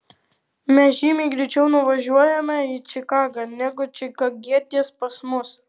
mes žymiai greičiau nuvažiuojame į čikagą negu čikagietis pas mus